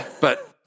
but-